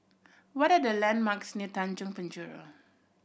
what are the landmarks near Tanjong Penjuru